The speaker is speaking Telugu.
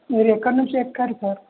మీరు ఎక్కడి నుంచి ఎక్కారు సార్